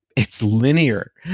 it's linear.